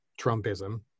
Trumpism